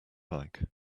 like